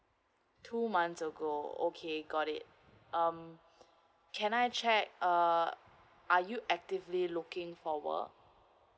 two months ago okay got it um can I check uh are you actively looking for work